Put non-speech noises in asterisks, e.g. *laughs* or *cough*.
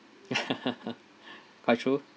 *laughs* quite true